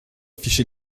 afficher